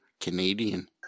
Canadian